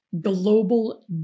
global